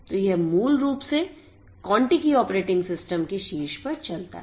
तो यह मूल रूप से Contiki ऑपरेटिंग सिस्टम के शीर्ष पर चलता है